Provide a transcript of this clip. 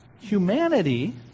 Humanity